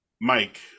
Mike